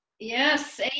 Yes